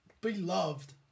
beloved